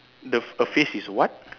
the a face is what